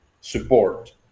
support